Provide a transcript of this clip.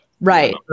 Right